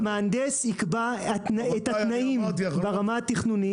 המהנדס יקבע את התנאים ברמה התכנונית.